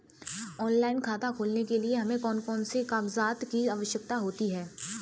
Online खाता खोलने के लिए हमें कौन कौन से कागजात की आवश्यकता होती है?